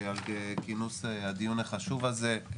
על כינוס הדיון החשוב הזה.